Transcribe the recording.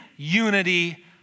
unity